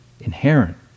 inherent